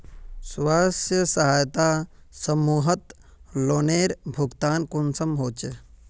स्वयं सहायता समूहत लोनेर भुगतान कुंसम होचे?